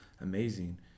amazing